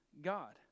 God